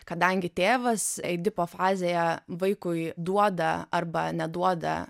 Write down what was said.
kadangi tėvas edipo fazėje vaikui duoda arba neduoda